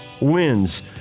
wins